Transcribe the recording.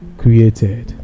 created